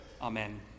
Amen